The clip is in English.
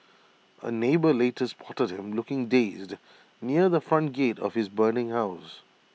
A neighbour later spotted him looking dazed near the front gate of his burning house